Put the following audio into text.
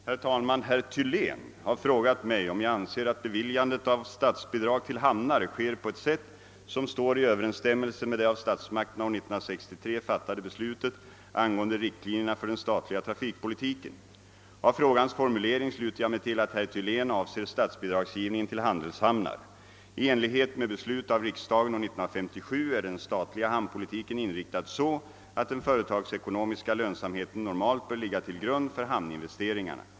Herr talman! Herr Thylén har frågat mig om jag anser att beviljandet av statsbidrag till hamnar sker på ett sätt som står i överensstämmelse med det av statsmakterna år 1963 fattade beslutet angående riktlinjerna för den statliga trafikpolitiken. Av frågans formulering sluter jag mig till att herr Thylén avser statsbidragsgivningen till handelshamnar. I enlighet med beslut av riksdagen år 1957 är den statliga hamnpolitiken inriktad så, att den företagsekonomiska lönsamheten normalt bör ligga till grund för hamninvesteringarna.